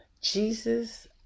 Jesus